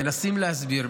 מנסים להסביר,